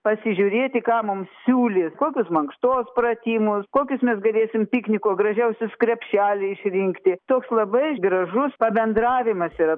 pasižiūrėti ką mums siūlys kokius mankštos pratimus kokius mes galėsim pikniko gražiausius krepšelį išrinkti toks labai gražus pabendravimas yra